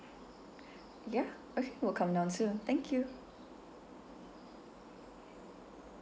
ya okay we'll come down soon thank you